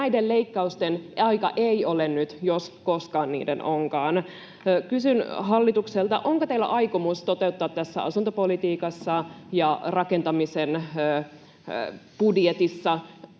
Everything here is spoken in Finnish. Näiden leikkausten aika ei ole nyt, jos koskaan niiden onkaan. Kysyn hallitukselta: onko teillä aikomus toteuttaa tässä asuntopolitiikassa ja rakentamisen budjetissa